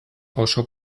oso